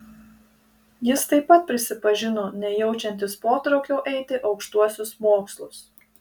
jis taip pat prisipažino nejaučiantis potraukio eiti aukštuosius mokslus